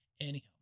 Anyhow